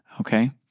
Okay